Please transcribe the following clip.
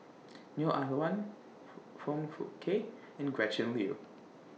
Neo Ah Luan Foong Fook Kay and Gretchen Liu